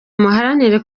muharanire